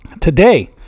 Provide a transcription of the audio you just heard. Today